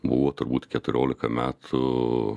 buvo turbūt keturiolika metų